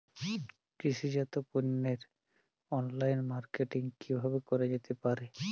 কৃষিজাত পণ্যের online marketing কিভাবে করা যেতে পারে?